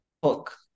book